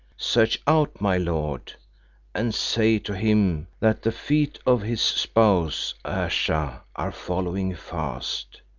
search out my lord and say to him that the feet of his spouse ayesha are following fast.